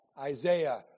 Isaiah